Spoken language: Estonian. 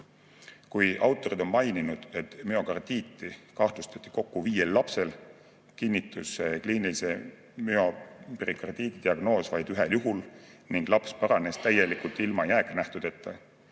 Kuigi autorid on maininud, et müokardiiti kahtlustati kokku viiel lapsel, kinnitus see kliinilise müoperikardiidi diagnoos vaid ühel juhul ning laps paranes täielikult ilma jääknähtudeta.